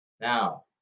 Now